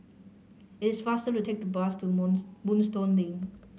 it's faster to take the bus to Month Moonstone Lane